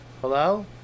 Hello